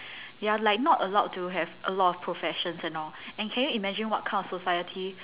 they are like not allowed to have a lot of professions and all and can you imagine what kind of society